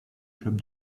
club